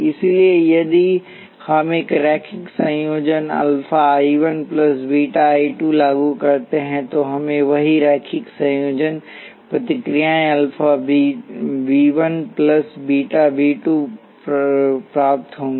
इसलिए यदि हम एक रैखिक संयोजन alpha I 1 plus beta I 2 लागू करते हैं तो हमें वही रैखिक संयोजन प्रतिक्रियाएं alpha V 1 plus beta V 2 प्राप्त होंगी